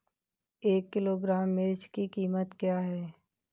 एक किलोग्राम मिर्च की कीमत क्या है?